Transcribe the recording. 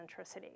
centricity